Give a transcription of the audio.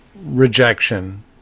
rejection